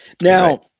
Now